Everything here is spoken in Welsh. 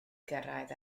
gyrraedd